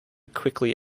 quickly